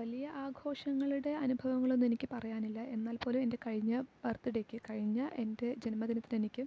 വലിയ ആഘോഷങ്ങളുടെ അനുഭവങ്ങളൊന്നും എനിക്ക് പറയാനില്ല എന്നാൽ പോലും എൻ്റെ കഴിഞ്ഞ ബർത്ഡേയ്ക്ക് കഴിഞ്ഞ എൻ്റെ ജന്മദിനത്തിന് എനിക്ക്